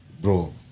bro